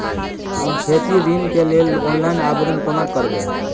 हम खेती ऋण केँ लेल ऑनलाइन आवेदन कोना करबै?